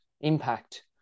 Impact